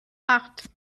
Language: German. acht